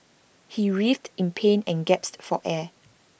he writhed in pain and gasped for air